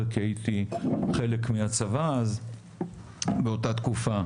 כי הייתי חלק מהצבא אז באותה תקופה,